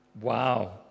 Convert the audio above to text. Wow